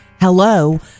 Hello